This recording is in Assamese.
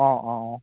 অঁ অঁ অঁ